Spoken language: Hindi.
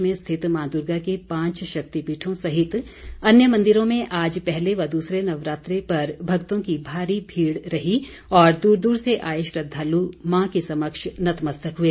प्रदेश में स्थित मां दुर्गा के पांच शक्तिपीठों सहित अन्य मंदिरों में आज पहले व दूसरे नवरात्रे पर भक्तों की भारी भीड़ रही और दूर दूर से आए श्रद्धालु मां के समक्ष नतमस्तक हुए